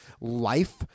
life